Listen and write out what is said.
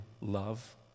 love